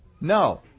No